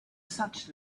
such